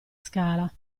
scala